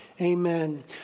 Amen